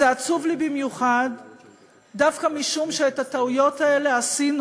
זה עצוב לי במיוחד דווקא משום שאת הטעויות האלה עשינו,